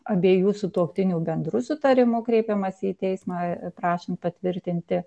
abiejų sutuoktinių bendru sutarimu kreipiamasi į teismą prašant patvirtinti